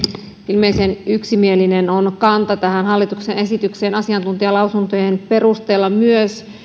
ilmeisen yksimielinen on kanta tähän hallituksen esitykseen myös asiantuntijalausuntojen perusteella